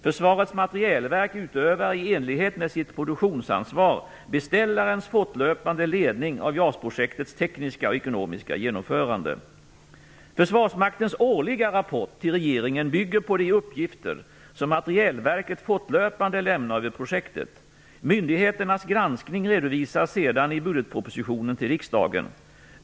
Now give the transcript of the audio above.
Försvarets materielverk utövar i enlighet med sitt produktionsansvar beställarens fortlöpande ledning av JAS-projektets tekniska och ekonomiska genomförande. Försvarsmaktens årliga rapport till regeringen bygger på de uppgifter som Materielverket fortlöpande lämnar över projektet. Myndigheternas granskning redovisas sedan i budgetpropositionen till riksdagen.